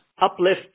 uplift